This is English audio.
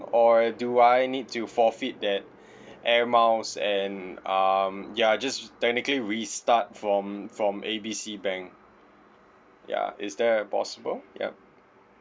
or do I need to forfeit that air miles and um ya just technically restart from from A B C bank ya is there a possible yup